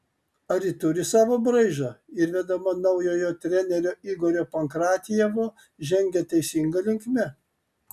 ar ji turi savo braižą ir vedama naujojo trenerio igorio pankratjevo žengia teisinga linkme